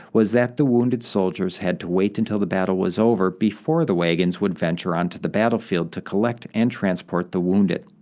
was that the wounded soldiers had to wait until the battle was over before the wagons would venture onto the battlefield to collect and transport the wounded.